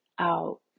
out